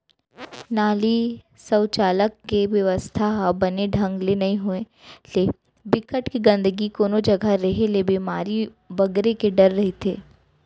नाली, सउचालक के बेवस्था ह बने ढंग ले नइ होय ले, बिकट के गंदगी कोनो जघा रेहे ले बेमारी बगरे के डर रहिथे